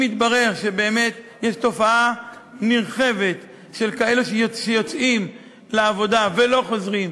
אם יתברר שבאמת יש תופעה נרחבת של כאלה שיוצאים לעבודה ולא חוזרים,